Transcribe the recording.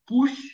push